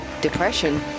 depression